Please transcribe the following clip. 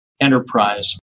enterprise